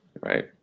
right